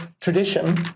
tradition